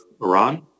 Iran